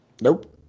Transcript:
Nope